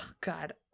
God